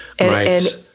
Right